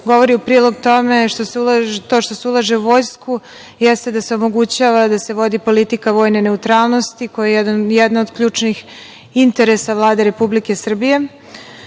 govori u prilog tome da to što se ulaže u vojsku jeste da se omogućava da se vodi politika vojne neutralnosti, koja je jedna od ključnih interesa Vlade Republike Srbije. Pored